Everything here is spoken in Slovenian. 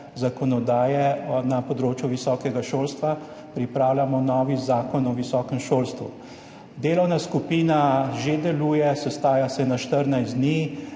zakonodaje na področju visokega šolstva. Pripravljamo novi Zakon o visokem šolstvu. Delovna skupina že deluje, sestaja se na 14 dni.